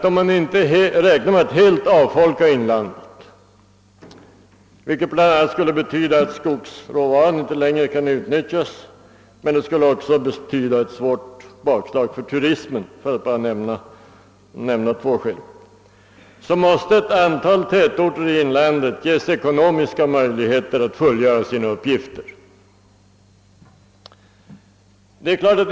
Om man inte räknar med att helt avfolka inlandet, vilket inte bara skulle betyda att skogsråvaran inte längre kunde utnyttjas utan också skulle innebära ett stort bakslag för turismen, för att endast nämna två skäl, blir slutsatsen att ett antal tätorter i inlandet måste ges ekonomiska möjligheter att fullgöra sina uppgifter.